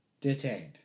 Detained